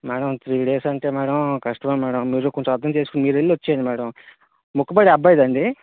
madam three days అంటే madam కష్టమే madam మీరు కొంచెం అర్దం చేసుకుని మీరు వెళ్ళి వచ్చేయండి మేడం మొక్కుబడి ఆ అబ్బాయిదా అండి